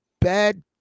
bad